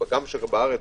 גם בארץ,